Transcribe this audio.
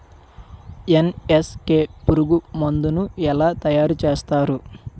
NSK పురుగు మందు ను ఎలా తయారు చేస్తారు?